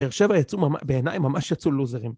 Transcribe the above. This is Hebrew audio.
באר שבע יצאו, בעיניי, ממש יצאו לוזרים.